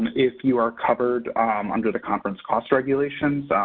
if you are covered under the conference cost regulations,